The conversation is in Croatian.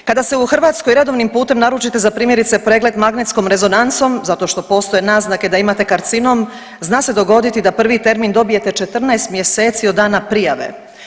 Kada se u Hrvatskoj redovnim putem naručite za primjerice pregled magnetskom rezonancom zato što postoje naznake da imate karcinom, zna se dogoditi da prvi termin dobijete 14 mjeseci od dana prijave.